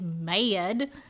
mad